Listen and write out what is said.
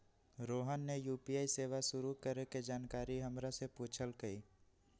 रोहन ने यू.पी.आई सेवा शुरू करे के जानकारी हमरा से पूछल कई